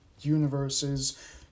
universes